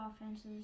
offenses